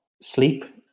sleep